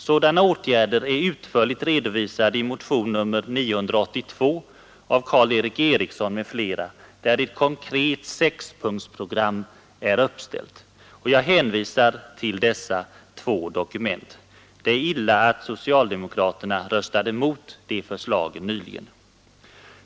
Sådana åtgärder är utförligt redovisade i motion 982 av Karl Erik Eriksson m.fl. där ett konkret sexpunktsprogram är uppställt. Jag hänvisar till dessa två dokument. Det är illa att socialdemokraterna röstade mot de förslagen nyligen.